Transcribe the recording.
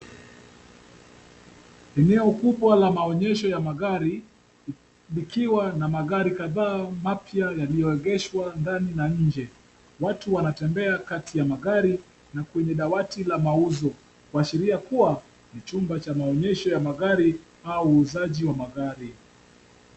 Eneo kubwa la maonyesho ya magari likiwa na magari kadhaa mapya yaliyoegeshwa ndani na nje. Watu wanatembea kati ya magari na kwenye dawati la mauzo, kuashiria kuwa chumba cha maonyesho ya magari au uuzaji wa magari.